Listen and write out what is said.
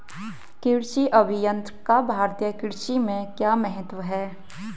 कृषि अभियंत्रण का भारतीय कृषि में क्या महत्व है?